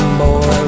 boy